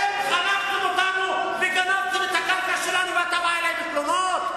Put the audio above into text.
אתם חנקתם אותנו וגנבתם את הקרקע שלנו ואתה בא אלי בתלונות?